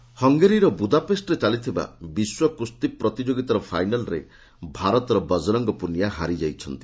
wrestling ହଙ୍ଗେରୀର ବୁଦାପେଷ୍ଟରେ ଚାଲିଥିବା ବିଶ୍ୱ କୁସ୍ତି ପ୍ରତିଯୋଗିତାର ଫାଇନାଲ୍ରେ ଭାରତର ବଜରଙ୍ଗ ପୁନିଆ ହାରିଯାଇଛନ୍ତି